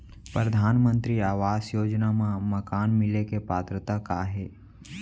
परधानमंतरी आवास योजना मा मकान मिले के पात्रता का हे?